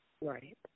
Right